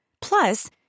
Plus